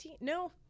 No